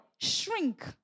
shrink